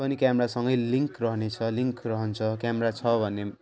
पनि क्यामेरासँगै लिङ्क रहने छ लिङ्क रहन्छ क्यामेरा छ भने